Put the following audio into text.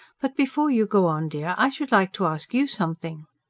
but before you go on, dear, i should like to ask you something.